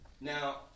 Now